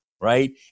right